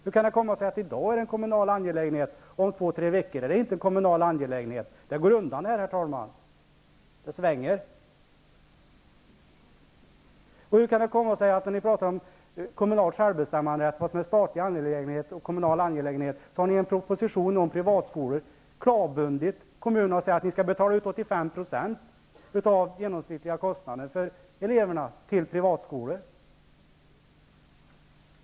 Hur kan de komma sig att detta i dag är en kommunal angelägenhet, men inte om två à tre veckor? Det går undan här, herr talman! Hur kan det komma sig att ni, trots att ni talar om skillnaden mellan kommunala och statliga angelägenheter, i en proposition om privatskolor har klavbundit kommunerna genom att säga att de skall betala ut 85 % av den genomsnittliga kostnaden för eleverna till privatskolor?